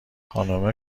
خانومه